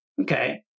okay